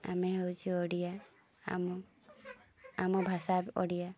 ଆମେ ହେଉଛି ଓଡ଼ିଆ ଆମ ଆମ ଭାଷା ଓଡ଼ିଆ